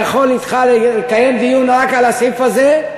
אני יכול לקיים אתך דיון רק על הסעיף הזה.